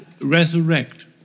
resurrect